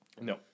No